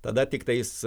tada tiktais